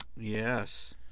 Yes